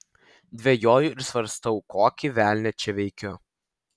dvejoju ir svarstau kokį velnią čia veikiu